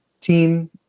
team